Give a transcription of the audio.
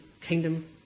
kingdom